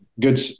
Good